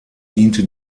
diente